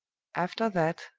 after that,